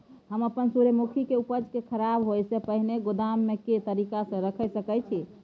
हम अपन सूर्यमुखी के उपज के खराब होयसे पहिले गोदाम में के तरीका से रयख सके छी?